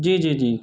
جی جی جی